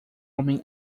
homem